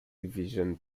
division